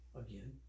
again